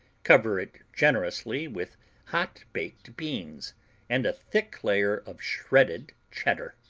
cover it generously with hot baked beans and a thick layer of shredded cheddar.